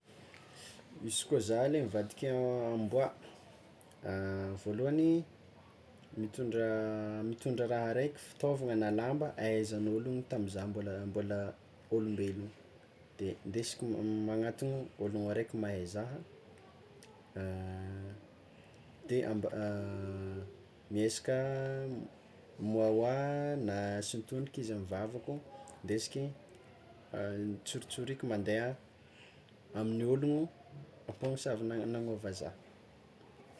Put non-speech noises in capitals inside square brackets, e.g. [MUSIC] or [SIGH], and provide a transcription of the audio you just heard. Izy koa zah lay mivadiky amboa, voalohany mitondra mitondra raha araiky fitaovana na lamba ahaizan'ologno tamy zah mbola mbola olombelogno de hindesiko ma- magnatono ologno araiky mahay zah, [HESITATION] de amb- [HESITATION] miezaka mioaoa na sintomiko izy amy vavako hindesiky [HESITATION] tsoritsoriko mandeha amin'ny ologno mponosavy nagnova zah.